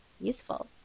useful